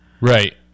Right